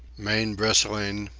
mane bristling,